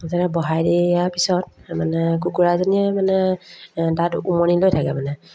বহাই দিয়াৰ পিছত মানে কুকুৰাজনীয়ে মানে তাত উমনি লৈ থাকে মানে